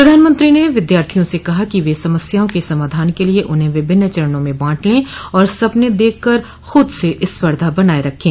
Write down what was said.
प्रधानमंत्री ने विद्यार्थियों से कहा कि वे समस्याओं के समाधान के लिए उन्हें विभिन्न चरणों में बांट लें और सपने देखकर ख़द से स्पर्धा बनाए रखें